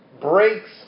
breaks